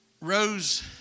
Rose